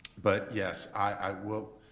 but yes, i will,